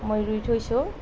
মই ৰুই থৈছোঁ